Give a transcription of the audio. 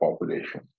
population